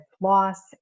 loss